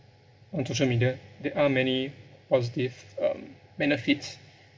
on social media there are many positive um benefits